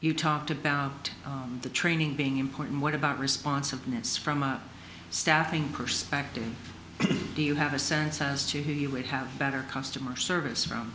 you talked about the training being important what about responsiveness from a staffing perspective do you have a sense as to why you would have better customer service from